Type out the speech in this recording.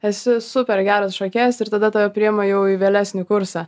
esi super geras šokėjas ir tada tave priema jau į vėlesnį kursą